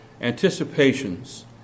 Anticipations